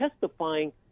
testifying